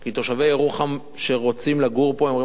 כי תושבי ירוחם שרוצים לגור פה אומרים: